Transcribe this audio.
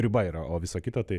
riba yra o visa kita tai